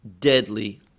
deadly